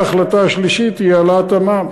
ההחלטה השלישית היא העלאת המע"מ,